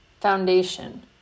Foundation